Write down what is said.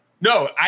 No